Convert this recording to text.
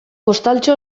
postaltxo